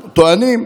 טוענים,